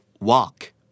Walk